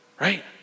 Right